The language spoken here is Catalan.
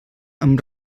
amb